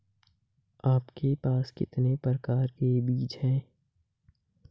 आपके पास कितने प्रकार के बीज हैं?